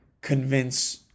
convince